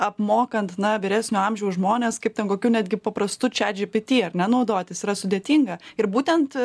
apmokant na vyresnio amžiaus žmones kaip ten kokiu netgi paprastu chat gpt ar ne naudotis yra sudėtinga ir būtent